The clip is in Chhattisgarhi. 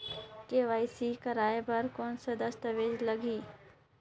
के.वाई.सी कराय बर कौन का दस्तावेज लगही?